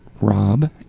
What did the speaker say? Rob